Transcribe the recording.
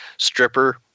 stripper